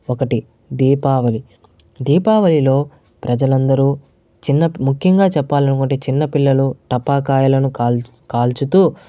ఒకటి దీపావళి దీపావళిలో ప్రజలందరూ చిన్న ముఖ్యంగా చెప్పాలనుకుంటే చిన్నపిల్లలు టపాకాయలను కాల్చు కాల్చుతూ